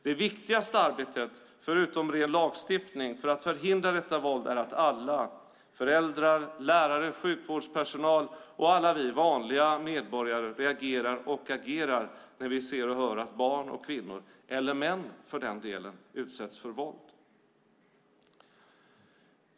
Det viktigaste arbetet, förutom ren lagstiftning, för att förhindra detta våld är att alla - föräldrar, lärare, sjukvårdspersonal och alla vi vanliga medborgare - reagerar och agerar när vi ser och hör att barn, kvinnor eller för den delen män utsätts för våld.